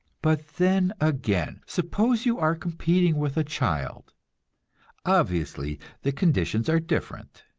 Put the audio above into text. but then again, suppose you are competing with a child obviously, the conditions are different.